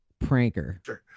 Pranker